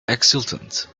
exultant